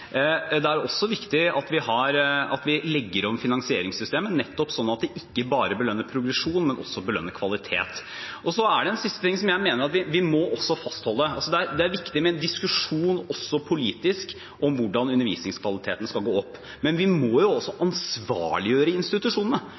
Det er også viktig at vi legger om finansieringssystemet nettopp sånn at det ikke bare belønner progresjon, men at det også belønner kvalitet. Så er det en siste ting jeg mener vi også må fastholde. Det er viktig med en diskusjon også politisk om hvordan undervisningskvaliteten skal gå opp, men vi må også ansvarliggjøre institusjonene.